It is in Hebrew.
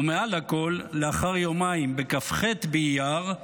ומעל לכול, לאחר יומיים, בכ"ח באייר,